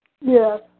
Yes